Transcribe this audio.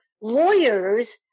lawyers